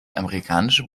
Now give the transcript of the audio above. amerikanische